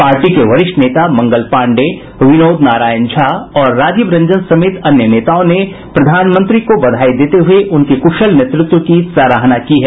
party के वरिष्ठ नेता मंगल पाण्डेय विनोद नारायण झा और राजीव रंजन समेत अन्य नेताओं ने प्रधानमंत्री को बधाई देते हुये उनके कुशल नेतृत्व की सराहना की है